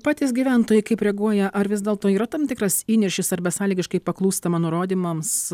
patys gyventojai kaip reaguoja ar vis dėlto yra tam tikras įniršis ar besąlygiškai paklūstama nurodymams